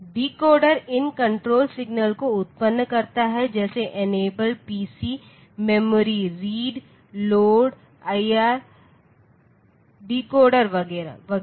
decoder इन control signal को उत्पन्न करता है जैसे enable PC memory read load IR decode वगैरह वगैरह